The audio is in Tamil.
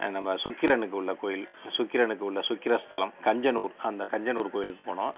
நம்ம சுக்கிரனுக்கு உள்ள கோவில் சுக்கிரனுக்கு உள்ள சுக்கிர ஸ்தலம் கஞ்சனூர் அந்த கஞ்சனூர் கோவிலுக்குப் போனோம்